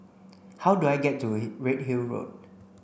how do I get to Redhill Road